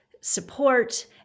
support